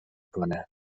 کنه